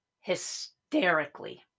hysterically